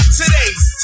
today's